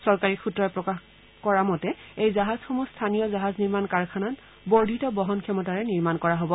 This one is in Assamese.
চৰকাৰী সূত্ৰই প্ৰকাশ পোৱা মতে এই জাহাজসমূহ স্থানীয় জাহাজ নিৰ্মাণ কাৰাখানাত বৰ্ধিত বহন ক্ষমতাৰে নিৰ্মান কৰা হ'ব